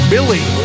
Billy